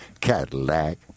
Cadillac